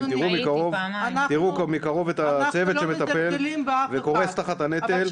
תראו מקרוב את הצוות שמטפל וקורס תחת הנטל.